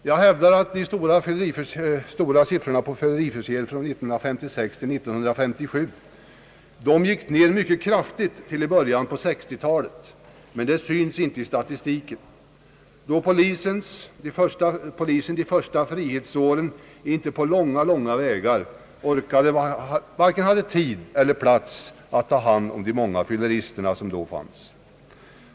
Jag hävdar att de stora siffrorna på fylleriförseelserna från 1956—1957 gick ned mycket kraftigt till i början av 1960-talet. Det syns emellertid inte i statistiken då polisen de första frihetsåren inte på långa vägar hade varken tid eller plats att ta hand om alla de fyllerister som då fanns.